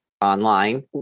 online